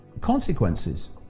consequences